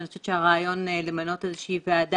ואני חושבת שהרעיון למנות איזה שהיא ועדה